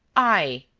i?